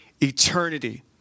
eternity